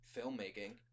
filmmaking